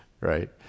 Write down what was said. Right